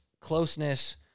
closeness